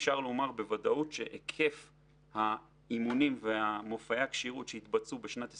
אפשר לומר בוודאות שהיקף האימונים ומופעי הכשירות שיתבצעו בשנת 2021,